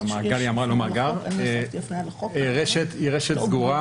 היא רשת סגורה,